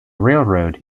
railroad